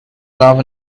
love